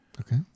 Okay